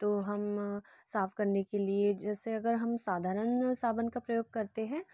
तो हम साफ़ करने के लिए जैसे अगर हम साधारण साबुन का प्रयोग करते हैं